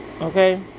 Okay